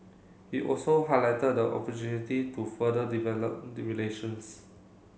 he also highlighted the opportunity to further develop the relations